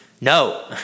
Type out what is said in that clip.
no